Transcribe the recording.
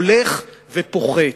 הולך ופוחת,